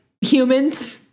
humans